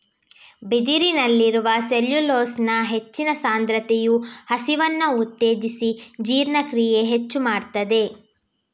ಬಿದಿರಿನಲ್ಲಿರುವ ಸೆಲ್ಯುಲೋಸ್ನ ಹೆಚ್ಚಿನ ಸಾಂದ್ರತೆಯು ಹಸಿವನ್ನ ಉತ್ತೇಜಿಸಿ ಜೀರ್ಣಕ್ರಿಯೆ ಹೆಚ್ಚು ಮಾಡ್ತದೆ